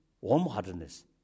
warm-heartedness